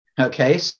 Okay